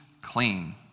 clean